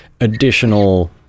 additional